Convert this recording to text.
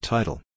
Title